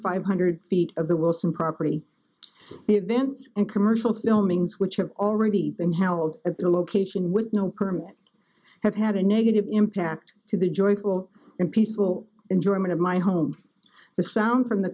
five hundred feet of the wilson property events and commercial filming which have already been held at the location with no permit have had a negative impact to the joyful and peaceful enjoyment of my home the sound from the